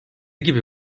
gibi